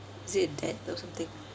is it dead or something